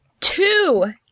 two